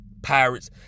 Pirates